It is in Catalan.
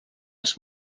els